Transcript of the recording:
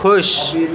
ख़ुशि